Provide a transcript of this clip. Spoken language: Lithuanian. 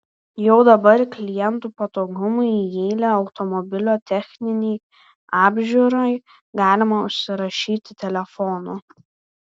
jau dabar klientų patogumui į eilę automobilio techninei apžiūrai galima užsirašyti telefonu